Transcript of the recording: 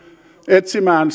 etsimään